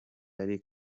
ari